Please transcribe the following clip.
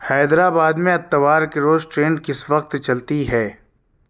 حیدرآباد میں اتوار کے روز ٹرین کس وقت چلتی ہے